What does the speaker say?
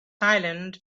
silent